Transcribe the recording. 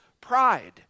pride